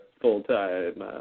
full-time